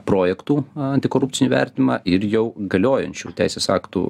projektų antikorupcinį vertinimą ir jau galiojančių teisės aktų